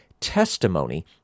testimony